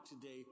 today